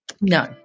no